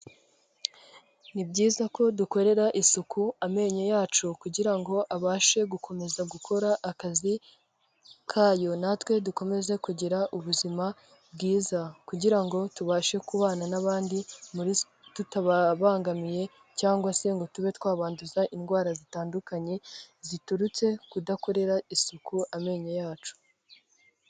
Ni byiza ko dukorera isuku amenyo yacu kugira ngo abashe gukomeza gukora akazi kayo, natwe dukomeze kugira ubuzima bwiza. Kugira ngo tubashe kubana n'abandi tutababangamiye cyangwa se ngo tube twabanduza indwara zitandukanye, ziturutse kudakorera isuku amenyo yacu.